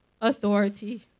authority